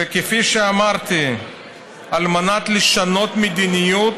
וכפי שאמרתי, לשנות מדיניות